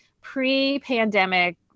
pre-pandemic